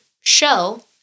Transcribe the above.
show